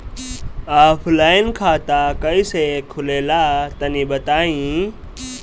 Offline खाता कइसे खुलेला तनि बताईं?